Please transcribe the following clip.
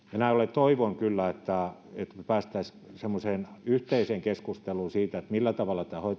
toivon kyllä että pääsisimme sellaiseen yhteiseen keskusteluun siitä millä tavalla